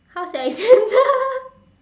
how sia it's censor